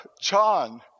John